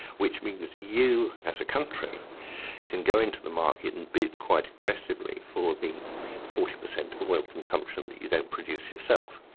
which means you as a country can go into the market and bid quite aggressively for the forty percent of oil consumption that you don't produce yourself.